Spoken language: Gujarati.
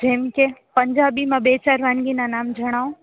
જેમકે પંજાબીમાં બે ચાર વાનગીના નામ જણાવો